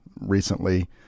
recently